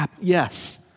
Yes